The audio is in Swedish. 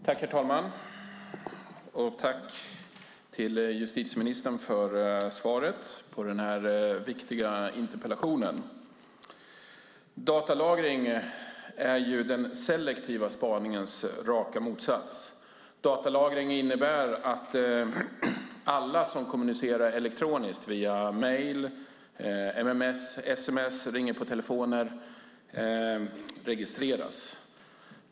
Herr talman! Tack till justitieministern för svaret på den här viktiga interpellationen. Datalagring är den selektiva spaningens raka motsats. Datalagring innebär att alla som kommunicerar elektroniskt via mejl, mms, sms eller ringer på telefon registreras.